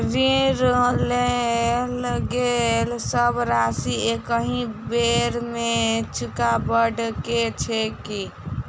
ऋण लेल गेल सब राशि एकहि बेर मे चुकाबऽ केँ छै की?